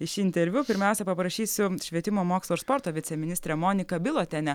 į šį interviu pirmiausia paprašysiu švietimo mokslo ir sporto viceministrę moniką bilotienę